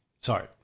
Sorry